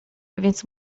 więc